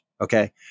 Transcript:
Okay